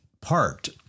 parked